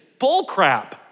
bullcrap